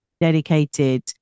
dedicated